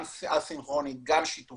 גם סביבה א-סינכרונית וגם שיתופית.